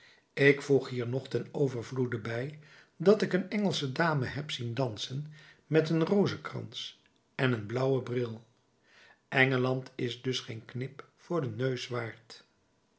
ik voeg hier nog ten overvloede bij dat ik een engelsche dame heb zien dansen met een rozenkrans en een blauwen bril engeland is dus geen knip voor den neus waard